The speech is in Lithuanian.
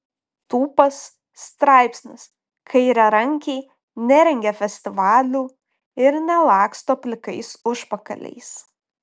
tūpas straipsnis kairiarankiai nerengia festivalių ir nelaksto plikais užpakaliais